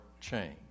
change